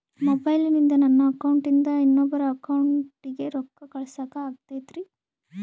ಮೊಬೈಲಿಂದ ನನ್ನ ಅಕೌಂಟಿಂದ ಇನ್ನೊಬ್ಬರ ಅಕೌಂಟಿಗೆ ರೊಕ್ಕ ಕಳಸಾಕ ಆಗ್ತೈತ್ರಿ?